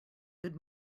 good